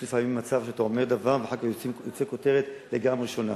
יש לפעמים מצב שאתה אומר דבר ואחר כך יוצאת כותרת לגמרי שונה,